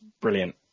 brilliant